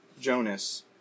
Jonas